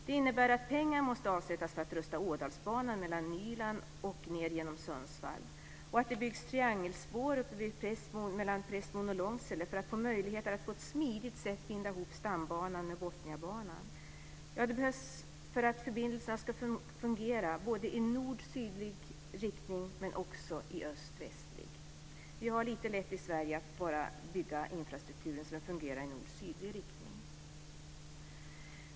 Det innebär att pengar måste avsättas för att rusta Ådalsbanan från Nyland och ned genom Sundsvall och att det byggs triangelspår mellan Prästmon och Långsele för att få möjlighet att på ett smidigt sätt binda ihop Stambanan med Botniabanan. Det behövs för att förbindelserna ska fungera både i nord-sydlig riktning och i östvästlig. Vi har lite lätt i Sverige att bygga infrastrukturen så att den bara fungerar i nord-sydlig riktning.